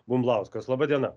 bumblauskas laba diena